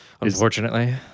Unfortunately